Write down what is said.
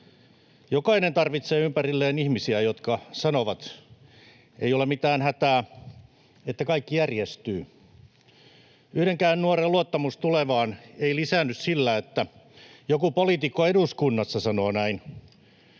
Jokainen tarvitsee ympärilleen ihmisiä, jotka sanovat: ei ole mitään hätää, kaikki järjestyy. Yhdenkään nuoren luottamus tulevaan ei lisäänny sillä, että joku poliitikko eduskunnassa sanoo näin.